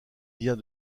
vient